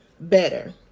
better